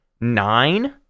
nine